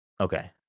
Okay